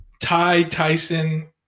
Ty-Tyson